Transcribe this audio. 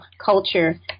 culture